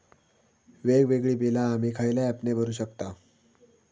वेगवेगळी बिला आम्ही खयल्या ऍपने भरू शकताव?